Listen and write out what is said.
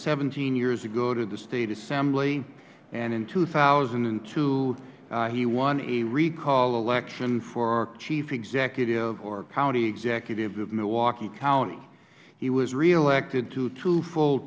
seventeen years ago to the state assembly and in two thousand and two he won a recall election for chief executive or county executive of milwaukee county he was re elected to two full